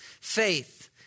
faith